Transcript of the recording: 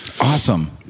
Awesome